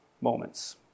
moments